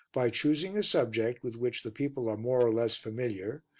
by choosing a subject with which the people are more or less familiar,